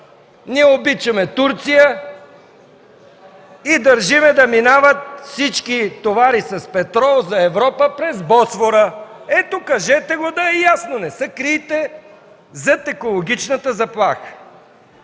Ние обичаме Турция и държим всички товари с петрол за Европа да минават през Босфора”. Ето, кажете го да е ясно, не се крийте зад екологичната заплаха.